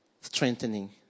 strengthening